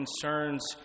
concerns